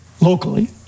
locally